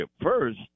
first